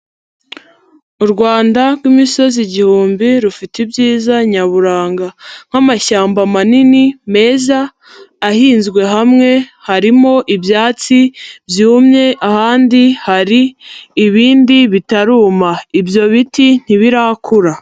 U Rwanda nk'imisozi igihumbi rufite ibyiza nyaburanga nk'amashyamba manini, meza ahinzwe hamwe harimo ibyatsi byumye ahandi hari ibindi bitaruma, ibyo biti ntibirakura.